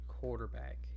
quarterback